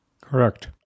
Correct